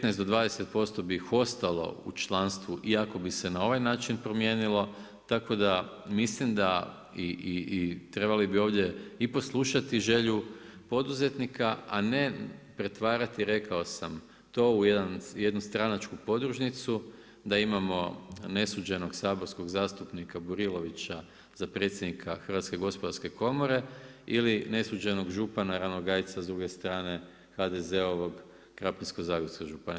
15 do 20% bi ih ostalo u članstvu i ako bi se na ovaj način promijenilo, tako da mislim da i trebali bi ovdje i poslušati želju poduzetnika, a ne pretvarati rekao sam to u jednu stranačku podružnicu da imamo nesuđenog saborskog zastupnika Burilovića za predsjednika Hrvatske gospodarske komore ili nesuđenog župana Ranogajca s druge strane HDZ-ovog Krapinsko-zagorska županija.